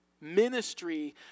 Ministry